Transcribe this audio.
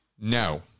No